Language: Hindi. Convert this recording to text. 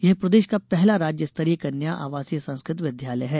यह प्रदेश का पहला राज्य स्तरीय कन्या आवासीय संस्कृत विद्यालय है